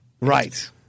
right